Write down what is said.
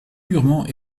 purement